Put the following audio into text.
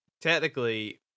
technically